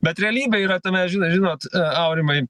bet realybė yra tame žina žinot a aurimai